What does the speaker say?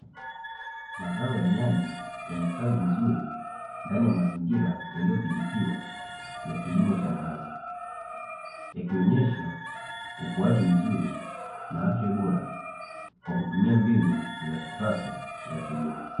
Mazao ya nyanya yamestawi vizuri ndani ya mazingira yaliyodhibitiwa ya kilimo cha ndani, yakionyesha ukuaji mzuri na afya bora kwa kutumia mbinu za kisasa za kilimo.